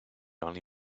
only